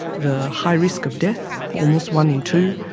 the high risk of death, almost one in two,